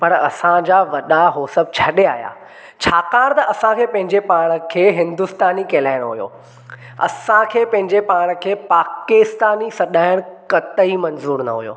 पर असां जा वॾा उहो सभु छॾे आहियां छाकाणि त असांखे पंहिंजे पाण खे हिन्दुस्तानी कहलाइणो हुओ असांखे पंहिंजे पाण खे पाकिस्तानी सॾण कत्तई मंज़ूरु न हुओ